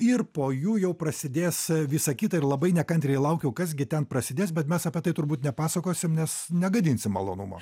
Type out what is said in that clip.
ir po jų jau prasidės visa kita ir labai nekantriai laukiau kas gi ten prasidės bet mes apie tai turbūt nepasakosim nes negadinsim malonumo